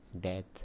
death